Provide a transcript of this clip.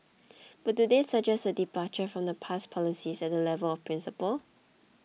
but do they suggest a departure from the past policies at the level of principle